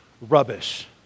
rubbish